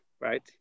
right